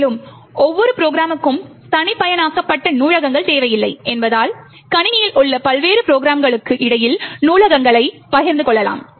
மேலும் ஒவ்வொரு ப்ரொக்ராமுக்கும் தனிப்பயனாக்கப்பட்ட நூலகங்கள் தேவையில்லை என்பதால் கணினியில் உள்ள பல்வேறு ப்ரொக்ராம்களுக்கு இடையில் நூலகங்களை பகிர்ந்து கொள்ளலாம்